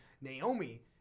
Naomi